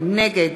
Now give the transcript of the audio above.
נגד